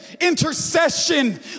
intercession